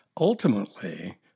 Ultimately